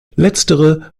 letztere